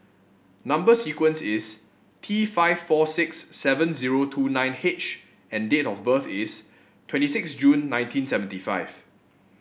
number sequence is T five four six seven zero two nine H and date of birth is twenty six June nineteen seventy five